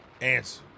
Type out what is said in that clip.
answer